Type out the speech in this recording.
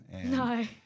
No